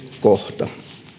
kohta